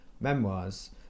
memoirs